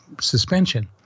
suspension